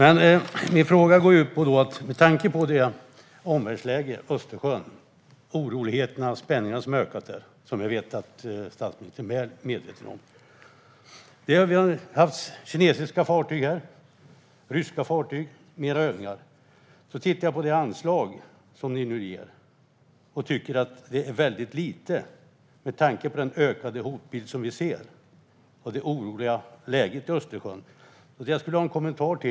Vi har ett läge med ökande oroligheter och spänningar i Östersjön. Statsministern är väl medveten om detta. Kinesiska och ryska fartyg har haft övningar. Med tanke på den ökande hotbilden och det oroliga läget i Östersjön är regeringens anslag väldigt litet.